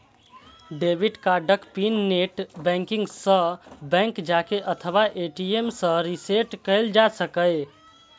debit कार्डक pin net banking सं, bank जाके अथवा ए.टी.एम सं रीसेट कैल जा सकैए